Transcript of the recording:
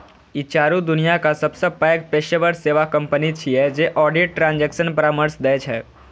ई चारू दुनियाक सबसं पैघ पेशेवर सेवा कंपनी छियै जे ऑडिट, ट्रांजेक्शन परामर्श दै छै